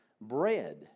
bread